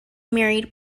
married